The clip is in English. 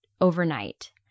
Overnight